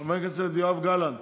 חבר הכנסת יואב גלנט.